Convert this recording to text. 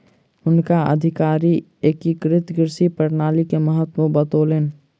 हुनका अधिकारी एकीकृत कृषि प्रणाली के महत्त्व बतौलैन